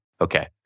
Okay